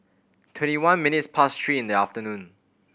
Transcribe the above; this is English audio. twenty one minutes past three in the afternoon